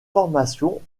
formation